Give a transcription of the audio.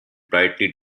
brightly